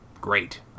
great